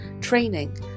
training